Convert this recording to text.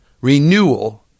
renewal